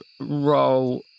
roll